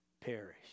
perish